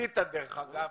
דרך אגב,